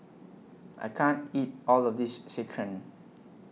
I can't eat All of This Sekihan